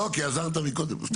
לא, כי עזרת מקודם.